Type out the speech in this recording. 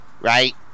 right